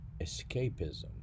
escapism